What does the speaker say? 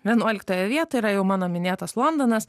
vienuoliktoje vietoje yra jau mano minėtas londonas